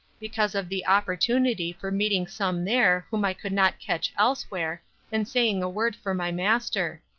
because of the opportunity for meeting some there whom i could not catch elsewhere and saying a word for my master.